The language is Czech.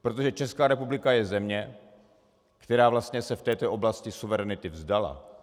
Protože Česká republika je země, která se vlastně v této oblasti suverenity vzdala.